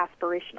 aspirational